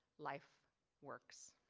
life works.